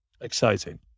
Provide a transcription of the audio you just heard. Exciting